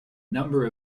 number